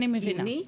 אני מבינה,